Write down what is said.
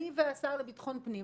אני והשר לביטחון פנים.